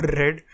red